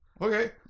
Okay